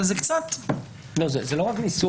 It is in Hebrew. זה לא רק ניסוח.